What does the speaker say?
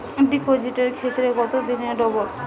ডিপোজিটের ক্ষেত্রে কত দিনে ডবল?